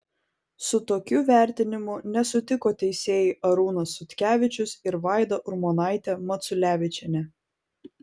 su tokiu vertinimu nesutiko teisėjai arūnas sutkevičius ir vaida urmonaitė maculevičienė